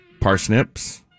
parsnips